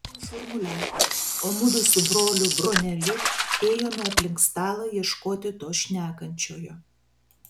vestuvininkai šurmuliavo o mudu su broliu broneliu ėjome aplink stalą ieškoti to šnekančiojo